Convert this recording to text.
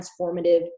transformative